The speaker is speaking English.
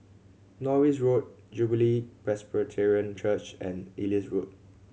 Norris Road Jubilee Presbyterian Church and Elias Road